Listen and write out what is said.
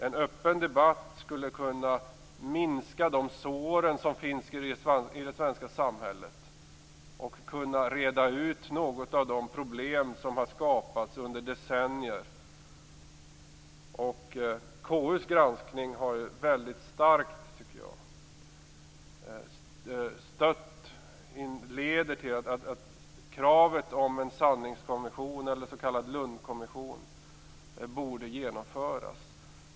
En öppen debatt skulle kunna minska de sår som finns i det svenska samhället och reda ut några av de problem som har skapats under decennier. KU:s granskning stöder kravet att en sanningskommission eller s.k. Lundkommission borde genomföras.